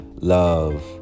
love